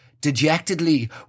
dejectedly